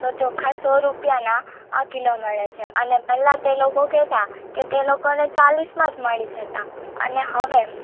તો ચોખા સો રૂપિયાના આ કિલો મળે છે અને પહેલાં તે લોકો કહેતા કે તે લોકોને ચાલીસમાં જ મળી જતા અને હવે